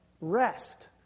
rest